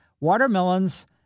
Watermelons